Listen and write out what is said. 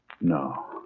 No